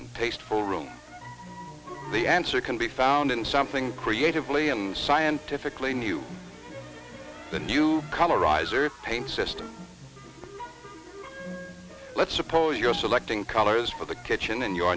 and tasteful room the answer can be found in something creatively and scientifically new than you colorize or paint system let's suppose you're selecting colors for the kitchen in you